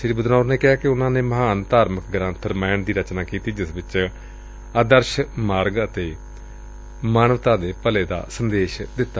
ਸ੍ਰੀ ਬਦਨੌਰ ਨੇ ਕਿਹਾ ਕਿ ਉਨ੍ਹਾਂ ਨੇ ਮਹਾਨ ਧਾਰਮਿਕ ਗ੍ਰੰਥ ਰਮਾਇਣ ਦੀ ਰਚਨਾ ਕੀਤੀ ਜਿਸ ਵਿਚ ਆਦਰਸ਼ ਮਾਰਗ ਅਤੇ ਮਾਨਵਤਾ ਦੇ ਭਲੇ ਦਾ ਸੰਦੇਸ਼ ਦਿੱਤਾ